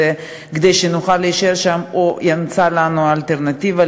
כדי שנוכל להישאר שם או שימצא לנו אלטרנטיבה.